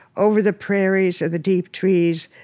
over the prairies and the deep trees,